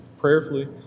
prayerfully